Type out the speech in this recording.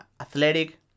athletic